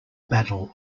battle